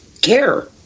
care